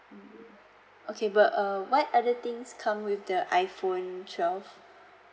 mm okay but uh what are the things come with the iphone twelve